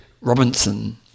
Robinson